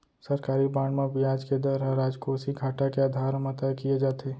सरकारी बांड म बियाज के दर ह राजकोसीय घाटा के आधार म तय किये जाथे